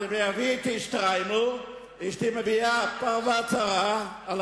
אני מביא אתי שטריימל ואשתי מביאה פרווה צרה על